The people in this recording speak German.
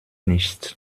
nichts